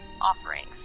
offerings